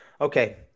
Okay